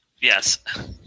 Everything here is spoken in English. Yes